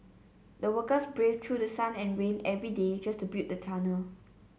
the workers braved through sun and rain every day just to build the tunnel